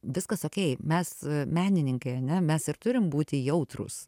viskas okei mes menininkai ane mes ir turim būti jautrūs